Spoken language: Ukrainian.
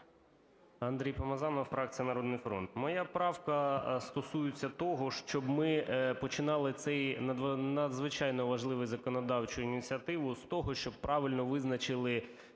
Андрій Помазанов, фракція "Народний фронт". Моя правка стосується того, щоб ми починали цю надзвичайно важливу законодавчу ініціативу з того, щоб правильно визначили,